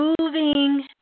moving